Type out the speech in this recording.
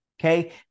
okay